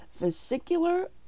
Vesicular